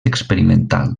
experimental